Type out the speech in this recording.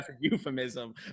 euphemism